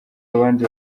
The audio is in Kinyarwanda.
abandi